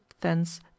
thence